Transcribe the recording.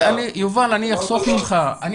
יובל, אני אחסוך ממך, אני